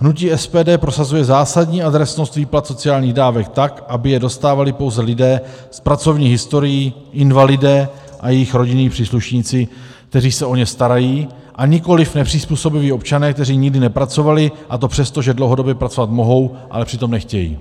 Hnutí SPD prosazuje zásadní adresnost výplat sociálních dávek, tak aby je dostávali pouze lidé s pracovní historií, invalidé a jejich rodinní příslušníci, kteří se o ně starají, a nikoliv nepřizpůsobiví občané, kteří nikdy nepracovali, a to přesto, že dlouhodobě pracovat mohou, ale přitom nechtějí.